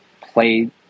play